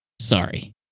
Sorry